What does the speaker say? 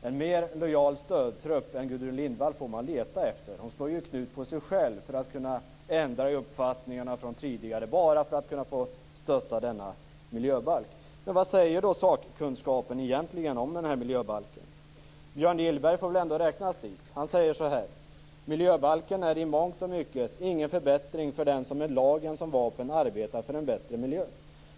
för en mera lojal stödtrupp än den som Gudrun Lindvall utgör får man leta efter. Hon slår ju knut på sig själv för att kunna ändra på uppfattningar från tidigare bara för att kunna få stötta denna miljöbalk. Vad säger då egentligen sakkunskapen om den här miljöbalken? Björn Gillberg får väl ändå räknas till sakkunskapen. Han säger: Miljöbalken är i mångt och mycket ingen förbättring för den som med lagen som vapen arbetar för en bättre miljö.